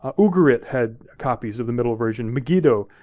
ah ugarit had copies of the middle version, megiddo